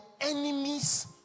enemies